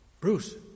Bruce